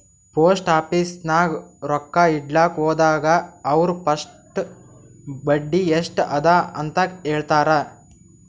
post office ನಾಗ್ ರೊಕ್ಕಾ ಇಡ್ಲಕ್ ಹೋದಾಗ ಅವ್ರ ಫಸ್ಟ್ ಬಡ್ಡಿ ಎಸ್ಟ್ ಅದ ಅಂತ ಹೇಳ್ತಾರ್